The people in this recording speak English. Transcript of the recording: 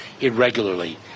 irregularly